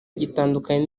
gitandukanye